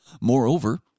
Moreover